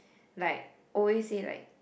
like always say like